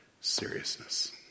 seriousness